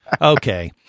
Okay